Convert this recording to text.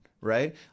right